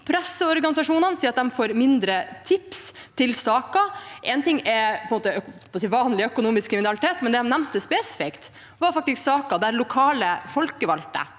Presseorganisasjonene sier at de får færre tips til saker. En ting er såkalt vanlig økonomisk kriminalitet, men det de nevnte spesifikt, var faktisk saker der lokale folkevalgte,